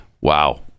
Wow